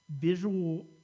visual